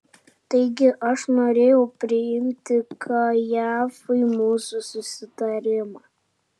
taigi aš norėjau priminti kajafui mūsų susitarimą